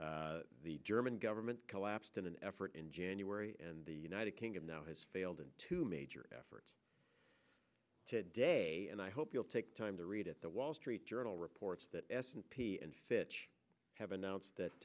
public the german government collapsed in an effort in january and the united kingdom now has failed in two major efforts today and i hope you'll take time to read it the wall street journal reports that s and p and fitch have announced that